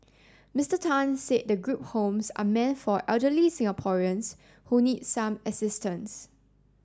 Mister Tan said the group homes are meant for elderly Singaporeans who need some assistance